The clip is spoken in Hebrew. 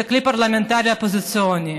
זה כלי פרלמנטרי אופוזיציוני.